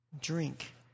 drink